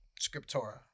Scriptura